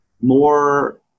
more